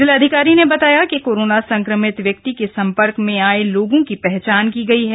जिलाधिकारी ने बताया कि कोरोना संक्रमित व्यक्ति के सम्पर्क में आये लोगों की पहचान की गई है